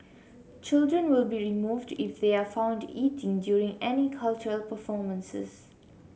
children will be removed if they are found eating during any cultural performances